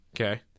Okay